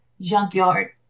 junkyard